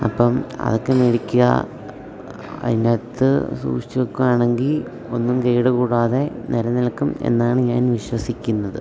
അപ്പം അതൊക്കെ മേടിക്കുക അതിനകത്ത് സൂഷിച്ചു വെക്കുകയാണെങ്കിൽ ഒന്നും കേടുകൂടാതെ നിലനിൽക്കും എന്നാണ് ഞാൻ വിശ്വസിക്കുന്നത്